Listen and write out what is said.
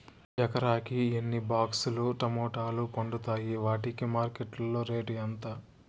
ఎకరాకి ఎన్ని బాక్స్ లు టమోటాలు పండుతాయి వాటికి మార్కెట్లో రేటు ఎంత?